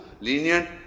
lenient